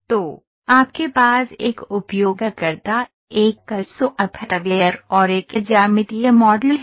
तो आपके पास एक उपयोगकर्ता एक कैड़ सॉफ्टवेयर और एक ज्यामितीय मॉडल है